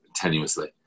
tenuously